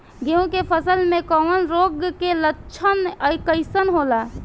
गेहूं के फसल में कवक रोग के लक्षण कइसन होला?